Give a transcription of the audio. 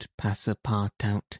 Passapartout